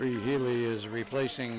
really is replace ing